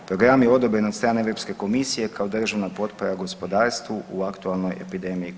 Program je odobren od strane Europske komisije kao državna potpora gospodarstvu u aktualnoj epidemiji covid-19.